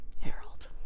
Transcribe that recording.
Harold